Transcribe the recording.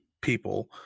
people